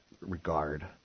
regard